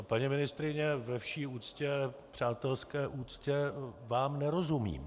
Paní ministryně, ve vší přátelské uctě vám nerozumím.